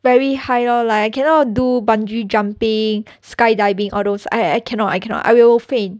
very high lor like I cannot do bungee jumping skydiving all those I I cannot I cannot I will faint